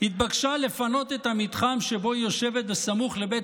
התבקשה לפנות את המתחם שבו היא יושבת בסמוך לבית